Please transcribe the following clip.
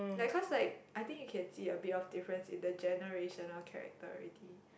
like cause like I think you can see a bit of difference in the generation or character already